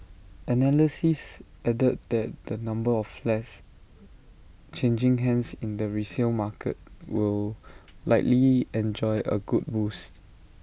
analysts added that the number of flats changing hands in the resale market will likely enjoy A good boost